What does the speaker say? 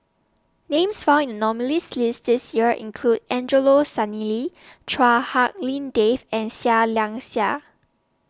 Names found in nominees' list This Year include Angelo Sanelli Chua Hak Lien Dave and Seah Liang Seah